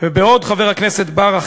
חבר הכנסת בר,